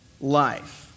life